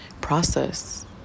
process